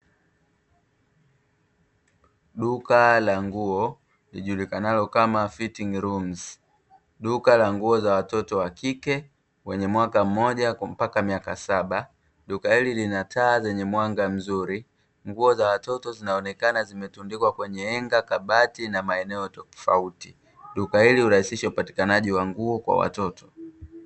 Duka la nguo lijulikanalo kama "fitting rooms" duka la nguo za watoto wa kike wenye mwaka mmoja mpaka miaka saba, duka hili lina taa zenye mwanga mzuri nguo za watoto zinaonekana zimetundikwa kwenye anga kabati na maeneo tofauti, duka ili urahisishe upatikanaji wa nguo kwa watoto.